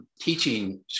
teaching